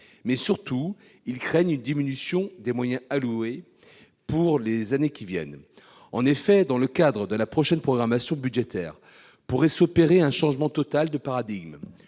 FEAD. Surtout, ils craignent une diminution des moyens alloués dans les années qui viennent. En effet, dans le cadre de la prochaine programmation budgétaire, un changement total de paradigme